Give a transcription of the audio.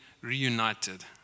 reunited